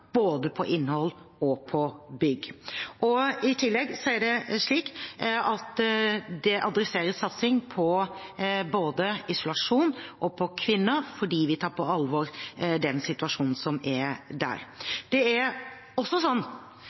både på innhold og på bygg. I tillegg adresseres det satsing både på isolasjon og på kvinner, fordi vi tar på alvor den situasjonen som er der. Det er også sånn